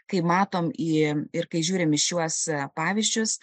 kai matom jį ir kai žiūrim į šiuos pavyzdžius